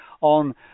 on